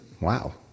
Wow